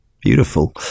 Beautiful